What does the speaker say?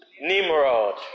nimrod